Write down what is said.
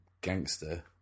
gangster